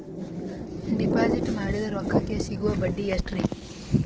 Deposit ಮಾಡಿದ ರೊಕ್ಕಕೆ ಸಿಗುವ ಬಡ್ಡಿ ಎಷ್ಟ್ರೀ?